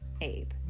Abe